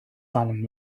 salem